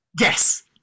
Yes